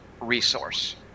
resource